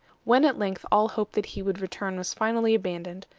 when at length all hope that he would return was finally abandoned,